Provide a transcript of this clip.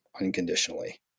unconditionally